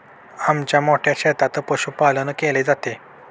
आमच्या मोठ्या शेतात पशुपालन केले जाते